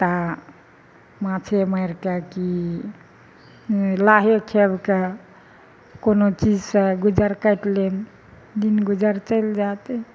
तऽ माँछे मारि कऽ कि नावे खेब कऽ कोनो चीज सँ गुजर काटि लेब दिन गुजर चैलि जायत